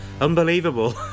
Unbelievable